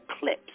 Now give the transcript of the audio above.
clips